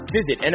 Visit